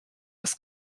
was